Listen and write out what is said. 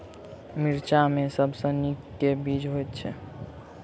मिर्चा मे सबसँ नीक केँ बीज होइत छै?